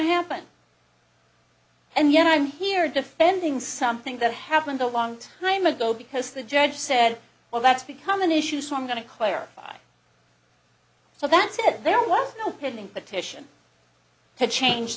to happen and yet i'm here defending something that happened a long time ago because the judge said well that's become an issue so i'm going to clarify so that said there was no pending petition to change